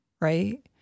right